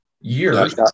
years